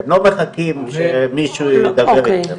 אתם לא מחכים שמישהו ידבר אתכם.